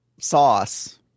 sauce